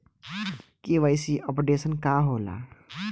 KYC updation का होला?